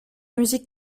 musique